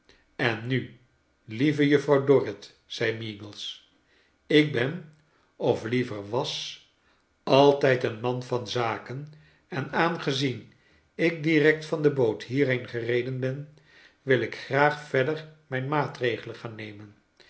en nu lieve juffrouw dorrit zei meagles ik ben of liever was altijd een man van zaken en aangezien ik direct van de boot hierheen gereden ben wil ik graag verder mijn maatregelen gaan nemen